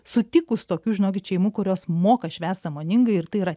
sutikus tokių žinokit šeimų kurios moka švęst sąmoningai ir tai yra